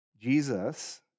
Jesus